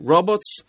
Robots